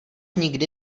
nikdy